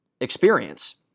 experience